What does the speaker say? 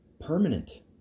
permanent